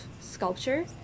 sculpture